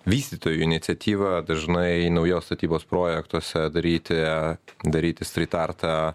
vystytojų iniciatyva dažnai naujos statybos projektuose daryti daryti strytartą